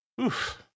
Oof